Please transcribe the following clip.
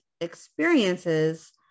experiences